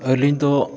ᱟᱹᱞᱤᱧ ᱫᱚ